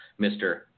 Mr